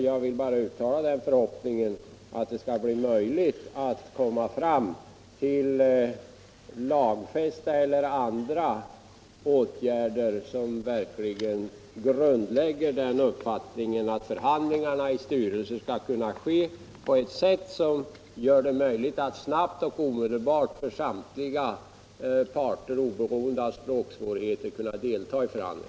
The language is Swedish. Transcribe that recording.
Jag vill bara uttala förhoppningen att det skall bli möjligt att komma fram till lagfästa eller andra regler som verkligen slår fast att förhandlingarna i styrelsen skall ske på sådant sätt att det är möjligt för samtliga parter att delta i dem.